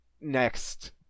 next